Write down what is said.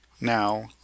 now